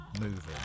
moving